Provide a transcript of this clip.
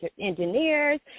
Engineers